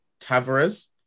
Tavares